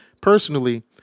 personally